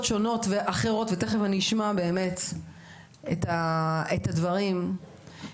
שונות ואחרות ותיכף אני אשמע באמת את הדברים לעומק,